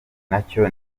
nacyo